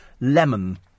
lemon